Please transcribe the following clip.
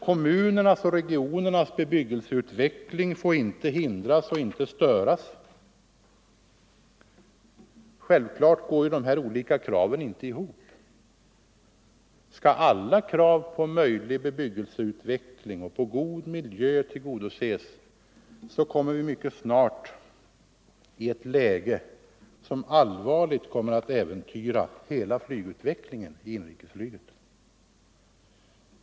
Kommunernas och regionernas bebyggelsutveckling får inte hindras eller störas. Det är självklart att alla dessa krav inte kan gå ihop. Om alla krav på en möjlig bebyggelseutveckling och god miljö tillgodoses råkar vi mycket snart i ett läge som allvarligt kommer att äventyra hela utvecklingen av inrikesflyget.